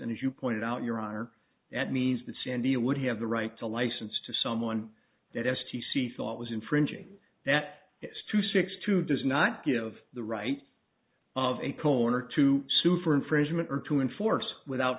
and as you pointed out your honor that means the sandia would have the right to license to someone that s t c thought was infringing that is to six to does not give the right of a cone or to sue for infringement or to enforce without